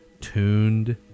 tuned